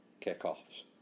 kick-offs